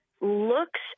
looks